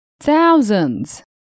Thousands